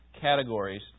categories